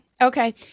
Okay